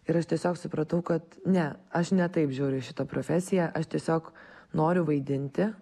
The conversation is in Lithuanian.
ir aš tiesiog supratau kad ne aš ne taip žiauriai šitą profesiją aš tiesiog noriu vaidinti